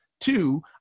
Two